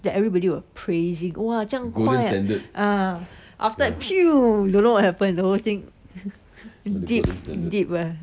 that everybody were praising 哇这样快啊 ah after that you don't know what happen the whole thing dip dip ah